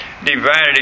Divided